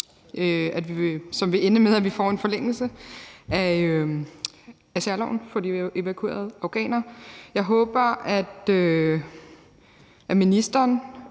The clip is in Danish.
som vil ende med, at vi får en forlængelse af særloven for de evakuerede afghanere. Jeg håber, at ministeren